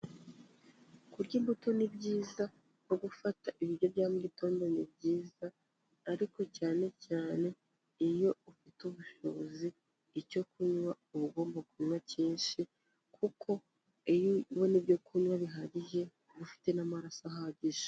Kurya imbuto ni byiza, no gufata ibiryo bya mu mugitondo ni byiza, ariko cyane cyane iyo ufite ubushobozi icyo kunywa uba ugomba kunywa cyinshi kuko iyo ubona ibyo kunywa bihagije uba ufite n'amaraso ahagije.